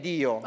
Dio